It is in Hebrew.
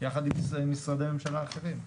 יחד עם משרדי הממשלה האחרים.